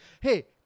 hey